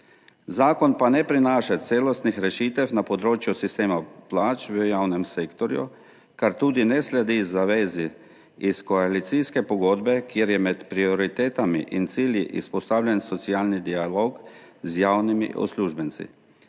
Zakon ne prinaša celostnih rešitev na področju sistema plač v javnem sektorju, kar tudi ne sledi zavezi iz koalicijske pogodbe, kjer je med prioritetami in cilji vzpostavljen socialni dialog z javnimi uslužbenci.